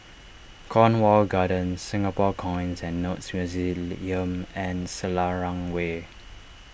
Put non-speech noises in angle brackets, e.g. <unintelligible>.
Cornwall Gardens Singapore Coins and Notes <unintelligible> and Selarang Way